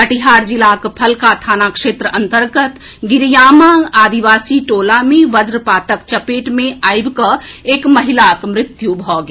कटिहार जिलाक फलका थाना क्षेत्र अंतर्गत गिरियामा आदिवासी टोला मे वज्रपातक चपेट मे आबि कऽ एक महिलाक मृत्यु भऽ गेल